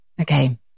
Okay